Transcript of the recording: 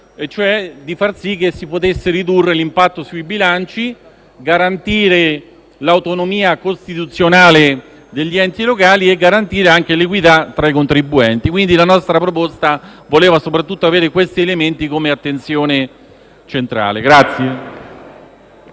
di far sì che si potesse ridurre l'impatto sui bilanci, garantire l'autonomia costituzionale degli enti locali nonché l'equità tra i contribuenti. La nostra proposta voleva soprattutto dare a questi elementi un'attenzione centrale.